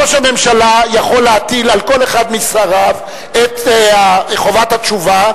ראש הממשלה יכול להטיל על כל אחד משריו את חובת התשובה,